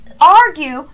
argue